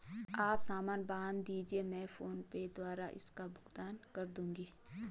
आप सामान बांध दीजिये, मैं फोन पे द्वारा इसका भुगतान कर दूंगी